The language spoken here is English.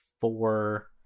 four